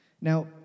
Now